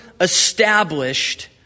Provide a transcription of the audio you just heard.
established